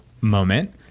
moment